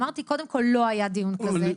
אמרתי שקודם כל לא היה דיון כזה,